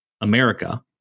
America